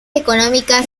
económicas